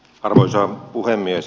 arvoisa puhemies